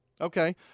Okay